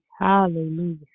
Hallelujah